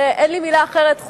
שאין לי מלה אחרת לתאר אותן,